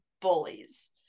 bullies